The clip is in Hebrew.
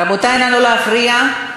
רבותי, נא לא להפריע.